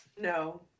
No